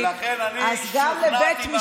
אז גם לבית משפט עשו,